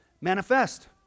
manifest